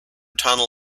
tunnel